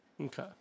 Okay